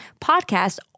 podcast